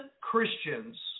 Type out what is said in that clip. Christians